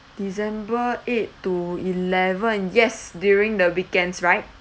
december eight to eleven yes during the weekends right